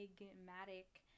enigmatic